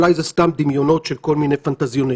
אולי זה סתם דמיונות של כל מיני פנטזיונרים.